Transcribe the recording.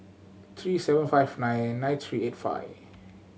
three seven five nine nine three eight five